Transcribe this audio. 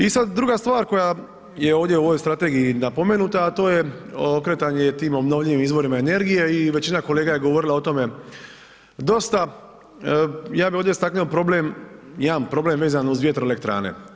I sad druga stvar koja je ovdje u ovoj strategiji napomenuta a to je okretanje tim obnovljivim izvorima energije i većina kolega je govorila o tome dosta, ja bi ovdje istaknuo problem, jedan problem uz vjetroelektrane.